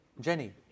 Jenny